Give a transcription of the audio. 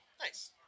nice